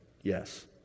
yes